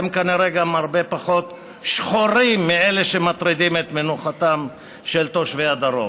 הם כנראה גם הרבה פחות שחורים מאלה שמטרידים את מנוחתם של תושבי הדרום.